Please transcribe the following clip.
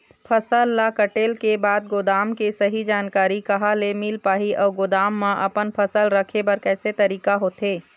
फसल ला कटेल के बाद गोदाम के सही जानकारी कहा ले मील पाही अउ गोदाम मा अपन फसल रखे बर कैसे तरीका होथे?